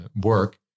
work